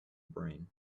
brain